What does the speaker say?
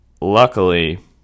luckily